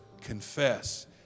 confess